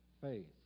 faith